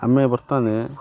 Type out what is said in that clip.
ଆମେ ବର୍ତ୍ତାମାନେ